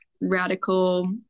radical